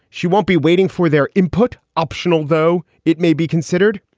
she won't be waiting for their input. optional, though, it may be considered